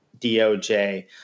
DOJ